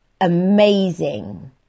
amazing